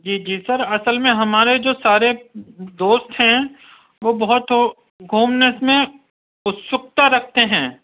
جی جی سر اصل میں ہمارے جو سارے دوست ہیں وہ بہت گھومنے میں اوکستا رکھتے ہیں